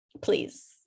please